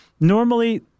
Normally